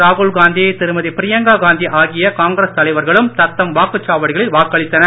ராகுல்காந்தி திருமதி பிரியங்கா காந்தி ஆகிய காங்கிரஸ் தலைவர்களும் தத்தம் வாக்குசாவடிகளில் வாக்களித்தனர்